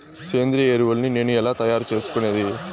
సేంద్రియ ఎరువులని నేను ఎలా తయారు చేసుకునేది?